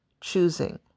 choosing